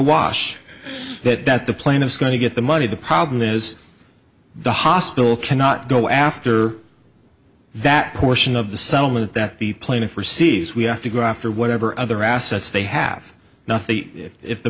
wash that that the plaintiff's going to get the money the problem is the hospital cannot go after that portion of the settlement that the plaintiff receives we have to go after whatever other assets they have nothing if the